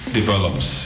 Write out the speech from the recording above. develops